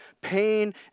pain